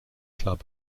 club